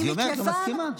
אז היא אומרת: לא מסכימה.